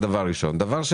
שנית,